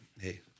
hey